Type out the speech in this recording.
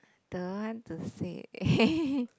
don't want to say